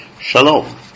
Shalom